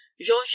jean